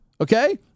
Okay